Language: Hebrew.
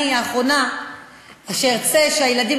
אני האחרונה שארצה שהילדים,